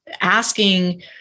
asking